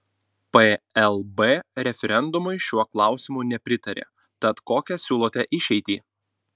plb referendumui šiuo klausimu nepritarė tad kokią siūlote išeitį